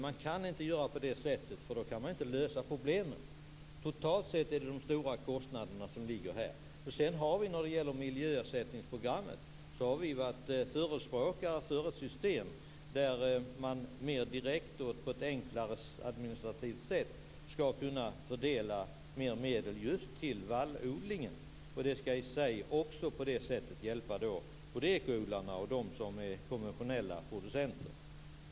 Man kan inte göra på det sättet eftersom man då inte kan lösa problemen. Totalt sett är det här som de stora kostnaderna ligger. Vi har när det gäller miljöersättningsprogrammet varit förespråkare för ett system där man mer direkt på ett enklare administrativt sätt skall kunna fördela mer medel just till vallodling. Det skall i sig hjälpa både ekoodlarna och dem som är konventionella producenter.